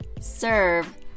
serve